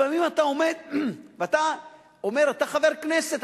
לפעמים אתה עומד ואתה אומר: אתה חבר כנסת,